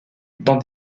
dans